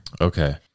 Okay